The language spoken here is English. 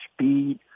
speed